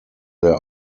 their